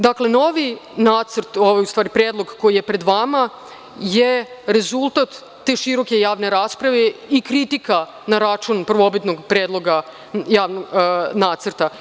Dakle, novi nacrt, odnosno predlog koji je pred vama je rezultat te široke javne rasprave i kritika na račun prvobitnog Predloga nacrta.